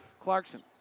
Clarkson